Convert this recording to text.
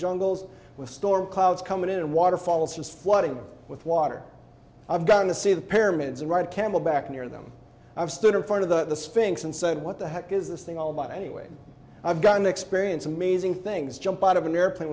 jungles with storm clouds coming in and waterfalls just flooded with water i've gotten to see the paramedics and right camelback near them i've stood in front of the sphinx and said what the heck is this thing all about anyway i've got an experience amazing things jump out of an airplane